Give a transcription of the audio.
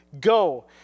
go